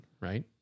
right